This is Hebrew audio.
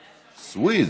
סויד.